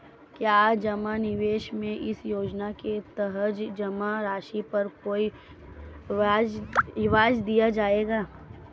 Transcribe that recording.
क्या जमा निवेश में इस योजना के तहत जमा राशि पर कोई ब्याज दिया जाएगा?